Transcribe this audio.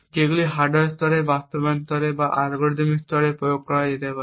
যেগুলি হার্ডওয়্যার স্তরে বাস্তবায়ন স্তরে বা অ্যালগরিদম স্তরে প্রয়োগ করা যেতে পারে